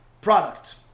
product